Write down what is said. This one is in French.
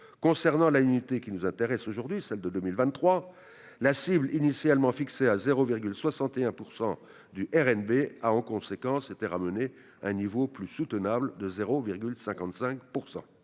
Concernant l'annuité qui nous intéresse aujourd'hui, celle de 2023, la cible initialement fixée à 0,61 % du RNB a en conséquence été ramenée à un niveau plus soutenable de 0,55 %.